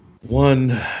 one